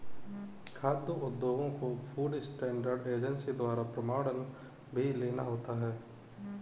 खाद्य उद्योगों को फूड स्टैंडर्ड एजेंसी द्वारा प्रमाणन भी लेना होता है